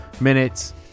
minutes